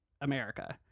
America